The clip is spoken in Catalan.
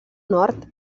nord